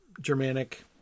Germanic